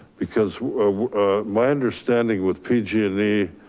because my understanding with pg and e,